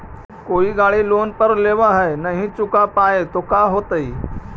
कोई गाड़ी लोन पर लेबल है नही चुका पाए तो का होतई?